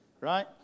Right